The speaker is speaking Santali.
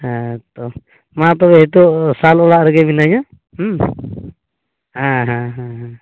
ᱦᱮᱸᱛᱚ ᱢᱟ ᱛᱚᱵᱮ ᱱᱤᱛᱳᱜ ᱥᱟᱞ ᱚᱲᱟᱜ ᱨᱮᱜᱮ ᱢᱤᱱᱟᱹᱧᱟ ᱦᱮᱸ ᱦᱮᱸ ᱦᱮᱸ